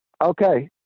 Okay